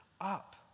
up